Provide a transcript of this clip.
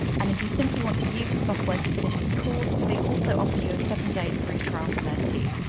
and if you simply want to use the software to finish this course, they also offer you a seven day free trial from that too.